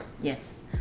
Yes